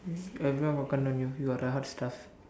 everyone got கண்ணு:kannu on you you are the hot stuff